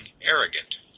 arrogant